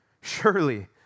Surely